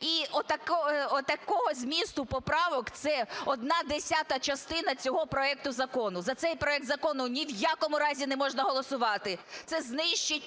І отакого змісту поправки – це одна десята частина цього проекту закону. За цей проект закону ні в якому разі не можна голосувати, це знищить